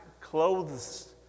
clothes